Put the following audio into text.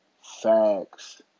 Facts